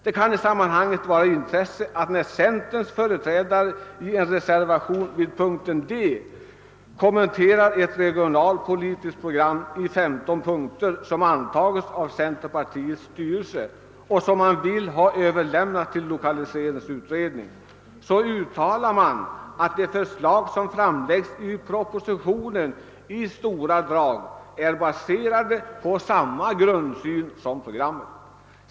Det kan i sammanhanget vara av intresse att nämna att när centerns företrädare i en reservation vid punkten D kommenterar ett regionalpolitiskt program i femton punkter som antagits av centerpartiets styrelse och som man vill ha överlämnat till lokaliseringsutredningen, så uttalar man att de förslag som framläggs i propositionen i stora drag är baserade på samma grundsyn som programmet.